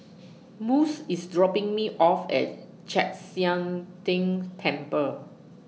Mose IS dropping Me off At Chek Sian Tng Temple